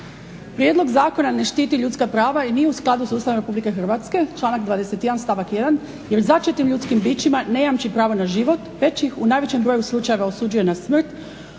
Prijedlog zakona ne štiti ljudska prava i nije u skladu sa Ustavom Republike Hrvatske, članak 21. stavak 1. jer začetim ljudskim bićima ne jamči pravo na život već ih u najvećem broju slučajeva osuđuje na smrt,